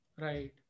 Right